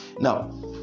Now